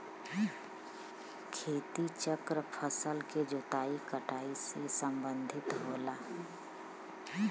खेती चक्र फसल के जोताई कटाई से सम्बंधित होला